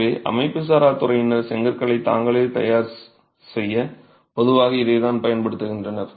எனவே அமைப்புசாரா துறையினர் செங்கற்களைத் தாங்களே தயார் செய்ய பொதுவாக இதைத்தான் பயன்படுத்துவார்கள்